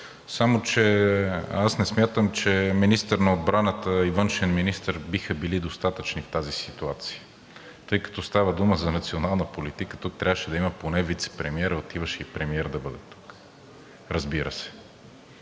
само че аз не смятам, че министър на отбраната и външен министър биха били достатъчни в тази ситуация, тъй като става дума за национална политика. Тук трябваше да има поне вицепремиер, а отиваше и премиерът да бъде тук, разбира се,